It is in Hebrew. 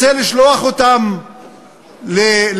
רוצה לשלוח אותם לפלסטין.